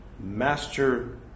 Master